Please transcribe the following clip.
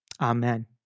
Amen